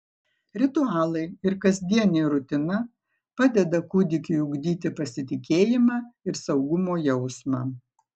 ritualai ir kasdienė rutina padeda kūdikiui ugdyti pasitikėjimą ir saugumo jausmą